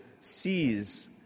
sees